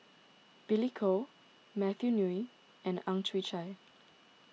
Billy Koh Matthew Ngui and Ang Chwee Chai